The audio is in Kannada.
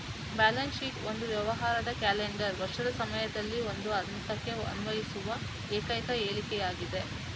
ಬ್ಯಾಲೆನ್ಸ್ ಶೀಟ್ ಒಂದು ವ್ಯವಹಾರದ ಕ್ಯಾಲೆಂಡರ್ ವರ್ಷದ ಸಮಯದಲ್ಲಿ ಒಂದು ಹಂತಕ್ಕೆ ಅನ್ವಯಿಸುವ ಏಕೈಕ ಹೇಳಿಕೆಯಾಗಿದೆ